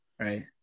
right